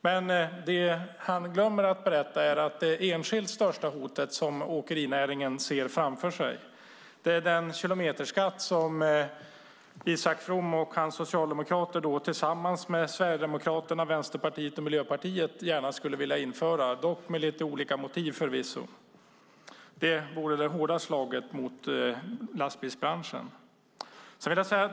Men det han glömmer att berätta är att det enskilt största hot som åkerinäringen ser framför sig är den kilometerskatt som Isak From och hans socialdemokrater tillsammans med Sverigedemokraterna, Vänsterpartiet och Miljöpartiet gärna skulle vilja införa, förvisso dock med lite olika motiv. Det vore det hårda slaget mot lastbilsbranschen.